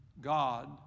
God